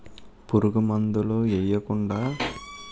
పురుగు మందులు యెయ్యకుండా తోట బాగా పెరగాలంటే ఏ సెయ్యాలమ్మా